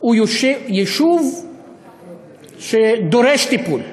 הוא יישוב שדורש טיפול.